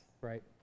right